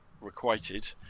requited